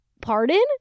Pardon